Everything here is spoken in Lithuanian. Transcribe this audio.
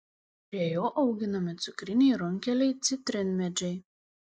prie jo auginami cukriniai runkeliai citrinmedžiai